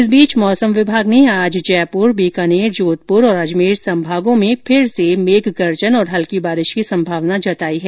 इस बीच मौसम विभाग ने आज जयपुर बीकानेर जोधपुर और अजमेर संभागों में फिर से मेघगर्जन और हल्की बारिश की संभावना जताई है